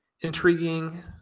intriguing